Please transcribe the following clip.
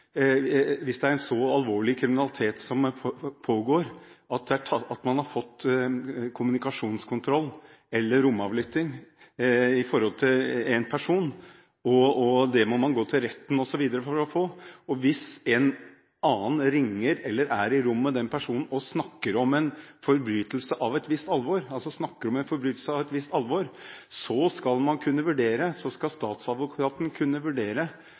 Hvis en annen ringer eller er i rommet med vedkommende person og snakker om en forbrytelse av et visst alvor – altså snakker om en forbrytelse av et visst alvor – skal statsadvokaten